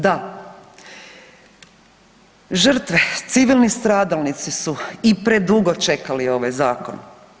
Da, žrtve civilni stradalnici su i predugo čekali ovaj zakon.